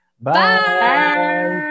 bye